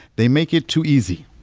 they make it too easy.